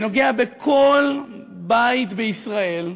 שנוגע בכל בית בישראל,